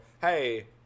Hey